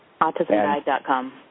Autismguide.com